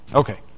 Okay